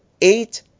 eight